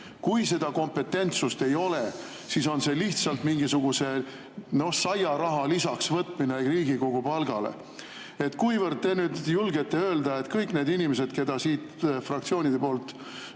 Kui seda kompetentsust ei ole, siis on see lihtsalt mingisuguse saiaraha võtmine lisaks Riigikogu palgale. Kuivõrd te julgete öelda, et need inimesed, kes siit fraktsioonide poolt